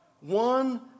one